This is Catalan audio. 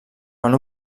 van